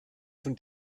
von